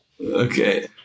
Okay